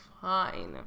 fine